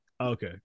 Okay